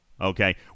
okay